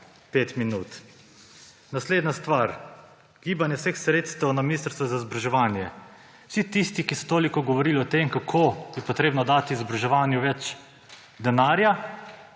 pet minut. Naslednja stvar, gibanje vseh sredstev na ministrstvu za izobraževanje. Vsi tisti, ki so toliko govorili o tem, kako je potrebno dati izobraževanju več denarja,